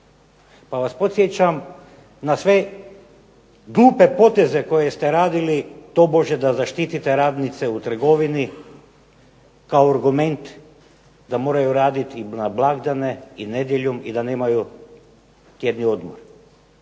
pa vas podsjećam na sve glupe poteze koje ste radili tobože da zaštitite radnice u trgovini kao argument da moraju raditi na blagdane i nedjeljom i da nemaju tjedni odmor.